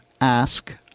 ask